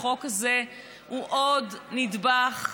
החוק הזה הוא עוד נדבך,